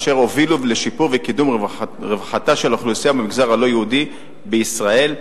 אשר הובילו לשיפור ולקידום רווחת האוכלוסייה במגזר הלא-יהודי בישראל.